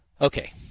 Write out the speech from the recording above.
Okay